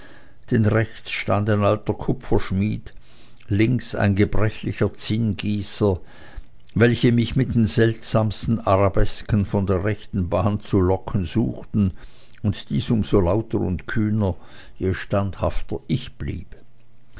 denn rechts stand ein alter kupferschmied links ein gebrechlicher zinngießer welche mich mit den seltsamsten arabesken von der rechten bahn zu locken suchten und dies um so lauter und kühner je standhafter ich blieb